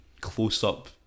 close-up